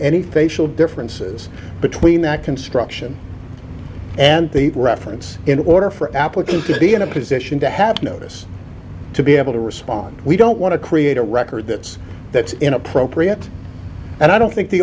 any facial differences between that construction and the reference in order for applicants to be in a position to have notice to be able to respond we don't want to create a record that's that's inappropriate and i don't think the